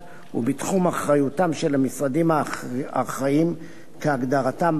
בתחום אחריותם של המשרדים האחראים כהגדרתם בחוק,